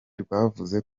rwavuze